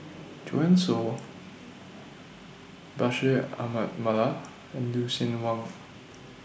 Joanne Soo Bashir Ahmad Mallal and Lucien Wang